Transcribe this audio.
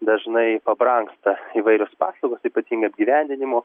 dažnai pabrangsta įvairios paslaugos ypatingai apgyvendinimo